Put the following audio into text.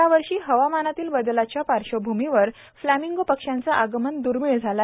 यावर्षी हवामानातील बदलाच्या पार्श्वभूमीवर प्लेमिंगो पक्षांचे आगमन द्र्मिळ झाले